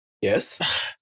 Yes